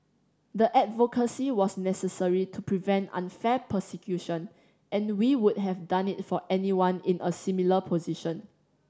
the advocacy was necessary to prevent unfair persecution and we would have done it for anyone in a similar position